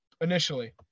initially